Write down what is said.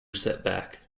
setback